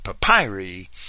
papyri